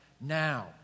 now